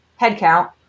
headcount